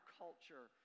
culture